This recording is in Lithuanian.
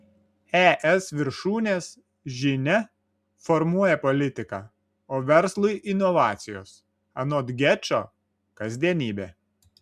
es viršūnės žinia formuoja politiką o verslui inovacijos anot gečo kasdienybė